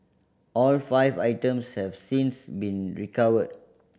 all five items have since been recovered